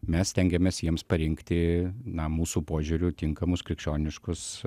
mes stengiamės jiems parinkti na mūsų požiūriu tinkamus krikščioniškus